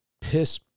piss